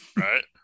Right